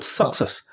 success